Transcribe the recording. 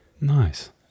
Nice